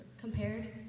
compared